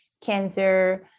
cancer